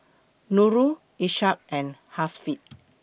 Nurul Ishak and Hasif